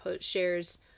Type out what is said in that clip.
shares